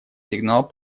сигнал